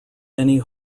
many